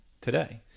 today